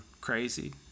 crazy